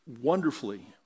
wonderfully